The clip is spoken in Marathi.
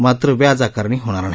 मात्र व्याज आकारणी होणार नाही